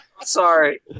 Sorry